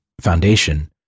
foundation